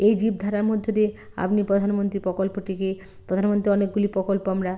এই জীবধারার মধ্য দিয়ে আপনি প্রধানমন্ত্রীর প্রকল্পটিকে প্রধানমন্ত্রীর অনেকগুলি প্রকল্প আমরা